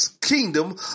kingdom